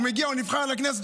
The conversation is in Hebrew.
הוא נבחר לכנסת,